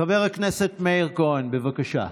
חבר הכנסת מאיר כהן, בבקשה.